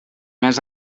més